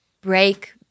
break